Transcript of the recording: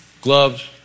gloves